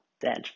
dead